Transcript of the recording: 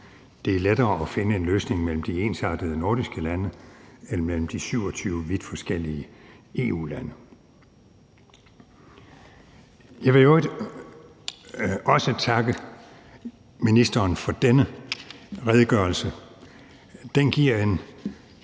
det er lettere at finde en løsning mellem de ensartede nordiske lande end mellem de 27 vidt forskellige EU-lande. Jeg vil i øvrigt også takke ministeren for denne redegørelse. Den giver en